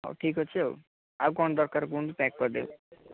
ହେଉ ଠିକ୍ ଅଛି ଆଉ ଆଉ କ'ଣ ଦରକାର କୁହନ୍ତୁ ପ୍ୟାକ୍ କରିଦେବି